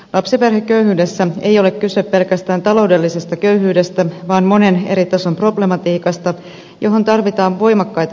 lapsiperheköyhyydessä ei ole kyse pelkästään taloudellisesta köyhyydestä vaan monen eri tason problematiikasta johon tarvitaan voimakkaita auttamistoimenpiteitä